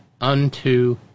unto